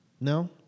No